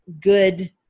good